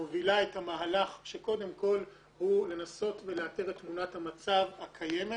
מובילה את המהלך שקודם כול הוא לנסות ולאתר את תמונת המצב הקיימת.